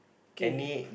K